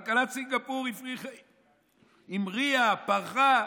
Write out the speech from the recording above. וכלכלת סינגפור המריאה", פרחה.